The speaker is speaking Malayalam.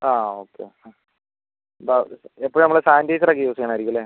ആ ഓക്കെ ഓക്കെ അപ്പം എപ്പോഴും നമ്മൾ സാനിറ്റൈസർ ഒക്കെ യൂസ് ചെയ്യണമായിരിക്കും അല്ലേ